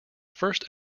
first